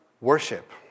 Worship